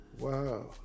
Wow